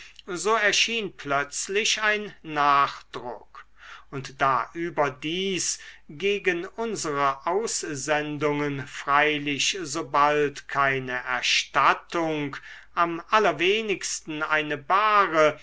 so erschien plötzlich ein nachdruck und da überdies gegen unsere aussendungen freilich so bald keine erstattung am allerwenigsten eine bare